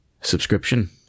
subscription